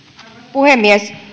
puhemies